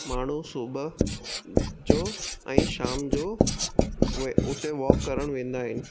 माण्हू सुबुह जो ऐं शाम जो उहे उते वॉक करण वेंदा आहिनि